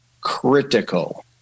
critical